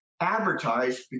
advertise